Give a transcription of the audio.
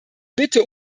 bitte